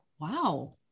wow